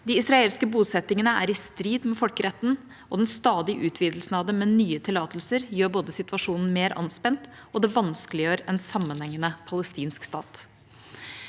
De israelske bosettingene er i strid med folkeretten, og den stadige utvidelsen av dem med nye tillatelser både gjør situasjonen mer anspent og vanskeliggjør en sammenhengende palestinsk stat.